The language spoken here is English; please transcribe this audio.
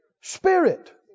Spirit